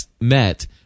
met